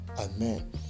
Amen